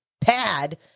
pad